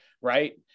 right